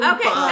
Okay